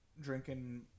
drinking